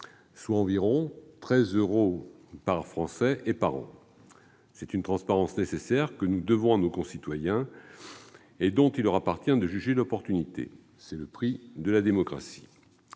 soit environ 13 euros par Français et par an. C'est une transparence nécessaire que nous devons à nos concitoyens et dont il leur appartient de juger l'opportunité. Voilà le prix de la démocratie